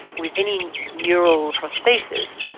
with any neural prosthesis,